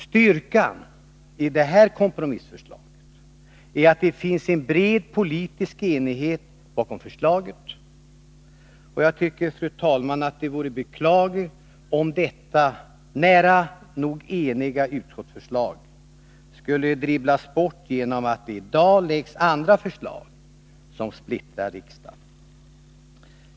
Styrkan i detta kompromissförslag är att det finns en bred politisk enighet bakom förslaget. Jag tycker, fru talman, att det vore beklagligt om detta i det närmaste eniga utskottsförslag skulle dribblas bort genom att det i dag läggs fram andra förslag, som splittrar riksdagen.